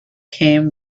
came